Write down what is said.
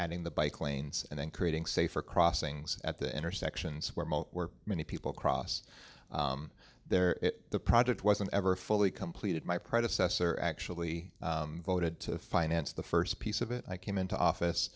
and in the bike lanes and creating safer crossings at the intersections where most were many people cross there the project wasn't ever fully completed my predecessor actually voted to finance the first piece of it i came into office